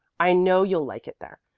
i know you'll like it there.